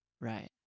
Right